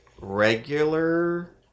regular